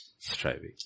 striving